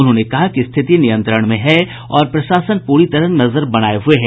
उन्होंने कहा कि स्थिति नियंत्रण में है और प्रशासन पूरी तरह नजर बनाये हुए है